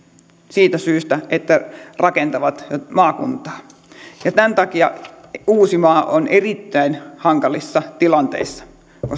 siitä syystä että rakentavat maakuntaa ja tämän takia että se valmistelu vaatii todella paljon uusimaa on erittäin hankalassa tilanteessa